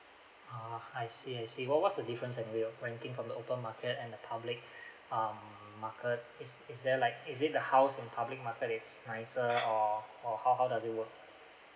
ah I see I see what what's the difference when we're renting from the open market and the public um market is is there like is it like the house in public market is nicer or how how does it work